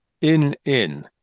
In-In